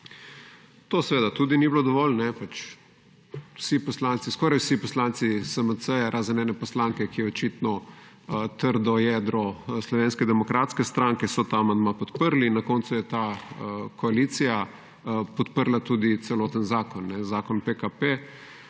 To seveda tudi ni bilo dovolj, pač, vsi poslanci, skoraj vsi poslanci SMC-ja, razen ene poslanke, ki je očitno trdo jedro Slovenske demokratske stranke, so ta amandma podprli in na koncu je ta koalicija podprla tudi celoten zakon, Zakon PKP-7,